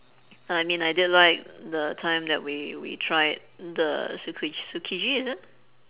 I mean I did like the time that we we tried the tsuki~ tsukiji is it